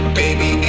baby